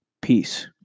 Peace